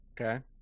Okay